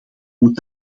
moet